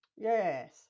Yes